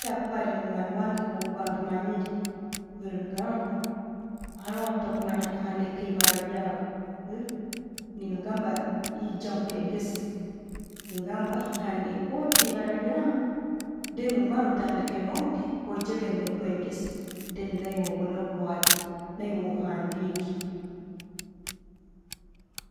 Bwakuba ali munywani wange bwenkuba mbimanyire, nemugamba, aroho atakumanya kuhandika ebara lyawe nemugamba eija nkwegese. Ningamba handika oti eyibara lyawe, then otandike oti, ogyege nenkwegesa then naiwe obone okwate naiwe ohandike.